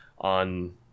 on